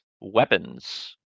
weapons